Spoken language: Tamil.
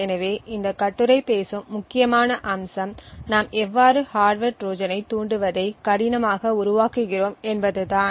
எனவே இந்த கட்டுரை பேசும் முக்கியமான அம்சம் நாம் எவ்வாறு ஹார்ட்வர் ட்ரோஜனைத் தூண்டுவதை கடினமாக உருவாக்குகிறோம் என்பதுதான்